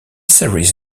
series